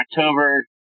October